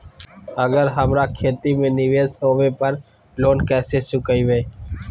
अगर हमरा खेती में निवेस होवे पर लोन कैसे चुकाइबे?